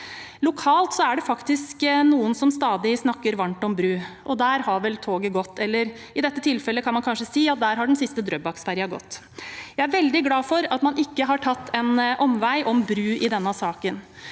Lokalt er det faktisk noen som stadig snakker varmt om bru, og der har vel toget gått – eller i dette tilfellet kan man kanskje si at der har den siste Drøbak-fergen gått. Jeg er veldig glad for at man ikke har tatt en omvei om bru i denne saken.